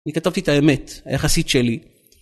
אני כתבתי את האמת היחסית שלי.